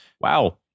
Wow